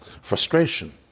frustration